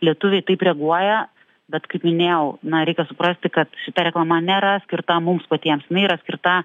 lietuviai taip reaguoja bet kaip minėjau na reikia suprasti kad šita reklama nėra skirta mums patiems jinai yra skirta